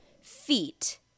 feet